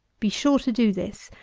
be sure to do this.